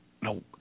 no